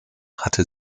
hatte